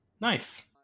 Nice